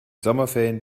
sommerferien